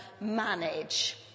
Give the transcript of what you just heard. manage